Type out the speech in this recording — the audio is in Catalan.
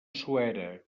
suera